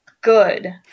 good